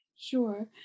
Sure